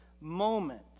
moment